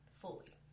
fully